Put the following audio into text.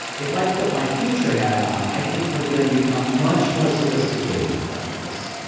if i put my future hat on, i think we're gonna become much more sophisticated about this.